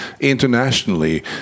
internationally